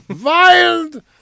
Wild